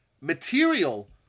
material